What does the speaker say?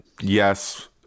yes